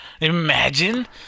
Imagine